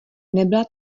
nebyla